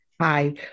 Hi